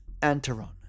Antaron